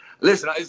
listen